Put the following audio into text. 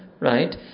Right